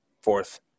fourth